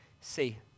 see